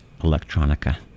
Electronica